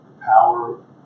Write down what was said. power